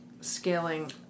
scaling